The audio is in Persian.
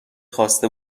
خواسته